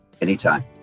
anytime